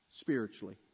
spiritually